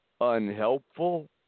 unhelpful